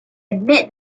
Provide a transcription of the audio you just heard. admit